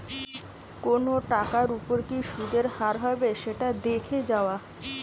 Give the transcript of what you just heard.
কোনো টাকার ওপর কি সুধের হার হবে সেটা দেখে যাওয়া